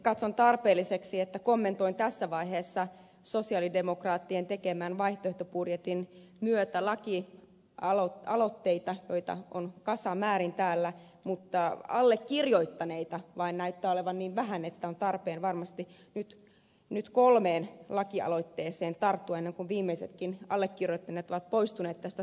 katson tarpeelliseksi että kommentoin tässä vaiheessa sosialidemokraattien tekemän vaihtoehtobudjetin myötä lakialoitteita joita on kasamäärin täällä mutta allekirjoittaneita vaan näyttää olevan niin vähän että on varmasti nyt tarpeen kolmeen lakialoitteeseen tarttua ennen kuin viimeisetkin allekirjoittaneet ovat poistuneet tästä salista